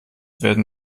werden